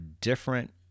different